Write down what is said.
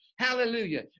Hallelujah